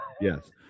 Yes